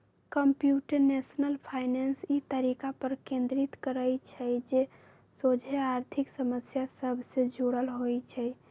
computational finance इ तरीका पर केन्द्रित करइ छइ जे सोझे आर्थिक समस्या सभ से जुड़ल होइ छइ